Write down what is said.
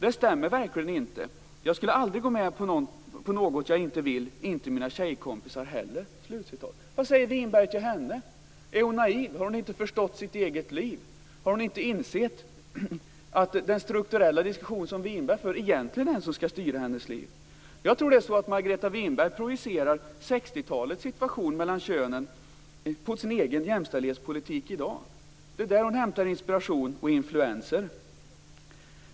Det stämmer verkligen inte, jag skulle aldrig gå med på något jag inte vill, inte mina tjejkompisar heller." Vad säger Winberg till henne? Är hon naiv, har hon inte förstått sitt eget liv? Har hon inte insett att den strukturella diskussion som Winberg för egentligen är det som skall styra hennes liv? Jag tror att Margareta Winberg projicerar 60-talets situation mellan könen på sin egen jämställdhetspolitik i dag. Det är där hon hämtar inspiration och influenser.